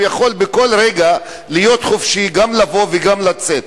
הוא יכול בכל רגע להיות חופשי, גם לבוא וגם לצאת.